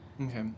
Okay